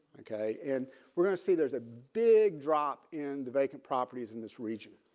okay. and we're gonna see there's a big drop in the vacant properties in this region.